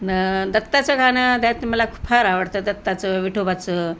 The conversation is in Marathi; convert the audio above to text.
न दत्ताचं गाणं मला खूप फार आवडतं दत्ताचं विठोबाचं